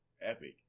epic